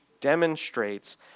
demonstrates